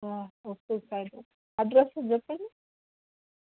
okay thank you address చెప్పండి